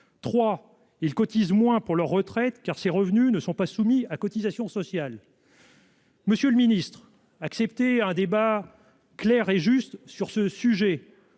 Enfin, ils cotisent moins pour leur retraite, car ces revenus ne sont pas soumis à cotisations sociales. Monsieur le ministre, acceptez un débat clair et juste sur le sujet.